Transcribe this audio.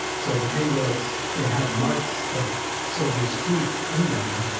so the pain bullets, they have marks of soldiers' teeth in them.